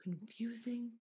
confusing